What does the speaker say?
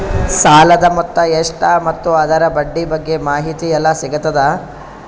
ಸಾಲದ ಮೊತ್ತ ಎಷ್ಟ ಮತ್ತು ಅದರ ಬಡ್ಡಿ ಬಗ್ಗೆ ಮಾಹಿತಿ ಎಲ್ಲ ಸಿಗತದ?